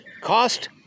cost